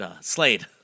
Slade